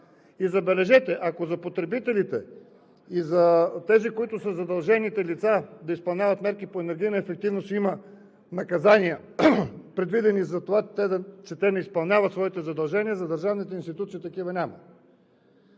Забележете, ако за потребителите и за задължените лица да изпълняват мерки по енергийна ефективност има наказания, предвидени за това, че те не изпълняват своите задължения, за държавните институции такива няма.